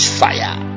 fire